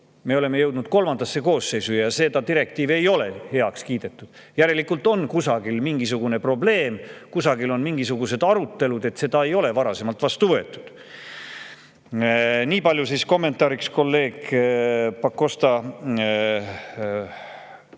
me oleme jõudnud kolmandasse koosseisu, aga seda direktiivi ei ole heaks kiidetud. Järelikult on kuskil mingisugune probleem, mingisugused arutelud, miks seda ei ole varasemalt vastu võetud. Nii palju kommentaariks kolleeg Pakosta